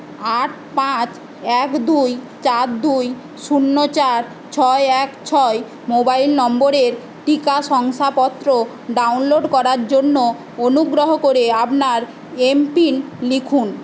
আট পাঁচ এক দুই চার দুই শূন্য চার ছয় এক ছয় মোবাইল নম্বরের টিকা শংসাপত্র ডাউনলোড করার জন্য অনুগ্রহ করে আপনার এমপিন লিখুন